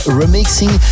remixing